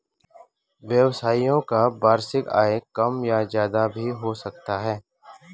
व्यवसायियों का वार्षिक आय कम या ज्यादा भी हो सकता है